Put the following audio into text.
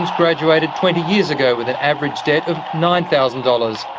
graduated twenty years ago with an average debt of nine thousand dollars.